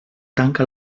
tanca